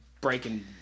Breaking